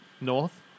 north